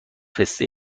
پسته